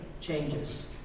changes